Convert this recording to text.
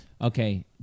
Okay